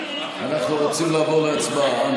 אנחנו רוצים לעבור להצבעה.